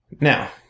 Now